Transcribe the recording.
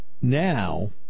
now